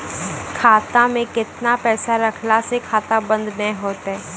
खाता मे केतना पैसा रखला से खाता बंद नैय होय तै?